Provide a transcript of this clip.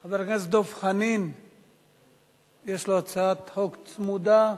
לחבר הכנסת דב חנין יש הצעת חוק צמודה.